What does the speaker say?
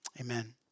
Amen